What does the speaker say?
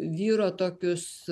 vyro tokius